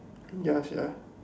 ya sia